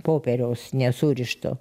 popieriaus nesurišto